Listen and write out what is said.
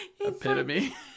Epitome